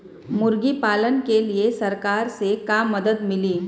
मुर्गी पालन के लीए सरकार से का मदद मिली?